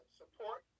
support